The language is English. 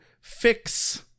fix